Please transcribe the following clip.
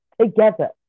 Together